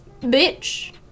bitch